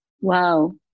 wow